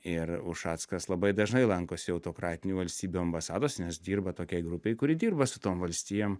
ir ušackas labai dažnai lankosi autokratinių valstybių ambasados nes dirba tokiai grupei kuri dirba su tom valstijom